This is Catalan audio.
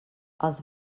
els